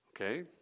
Okay